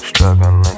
Struggling